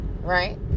right